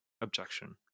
objection